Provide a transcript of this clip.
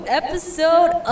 episode